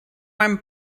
meinem